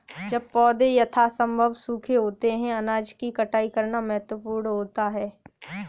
जब पौधे यथासंभव सूखे होते हैं अनाज की कटाई करना महत्वपूर्ण होता है